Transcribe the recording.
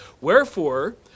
Wherefore